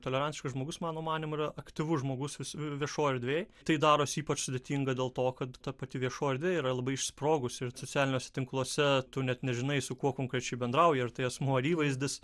tolerantiškas žmogus mano manymu yra aktyvus žmogus viešoj erdvėj tai darosi ypač sudėtinga dėl to kad ta pati viešoji erdvė yra labai išsprogusi ir socialiniuose tinkluose tu net nežinai su kuo konkrečiai bendrauji ar tai asmuo ar įvaizdis